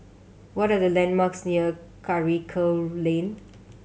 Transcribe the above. what are the landmarks near Karikal Lane